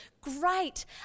Great